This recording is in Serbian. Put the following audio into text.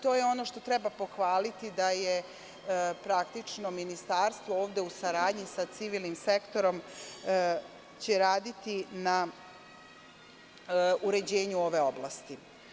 To je ono što treba pohvaliti da će praktično Ministarstvo ovde u saradnji sa civilnim sektorom raditi na uređenju ove oblasti.